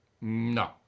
no